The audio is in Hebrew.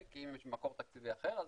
אם יש מקור תקציבי אחר,